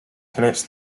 connects